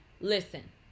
Listen